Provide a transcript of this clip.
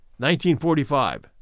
1945